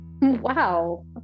Wow